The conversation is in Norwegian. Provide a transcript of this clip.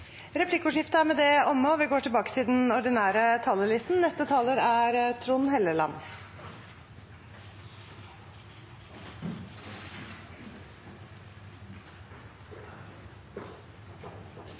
replikkordskiftet omme, og vi går tilbake til den ordinære talerlisten.